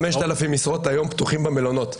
5,000 משרות היום פתוחים במלונות.